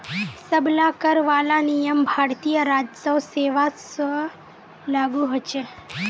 सब ला कर वाला नियम भारतीय राजस्व सेवा स्व लागू होछे